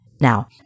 Now